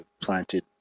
planted